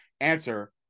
answer